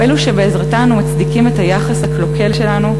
או אלה שבעזרתן אנו מצדיקים את היחס הקלוקל שלנו,